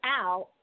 out